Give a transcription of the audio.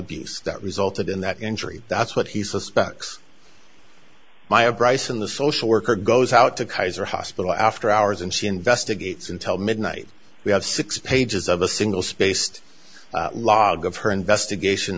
abuse that resulted in that injury that's what he suspects maya bryson the social worker goes out to kaiser hospital after hours and she investigates intel midnight we have six pages of a single spaced log of her investigation